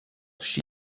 she